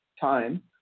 time